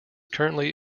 currently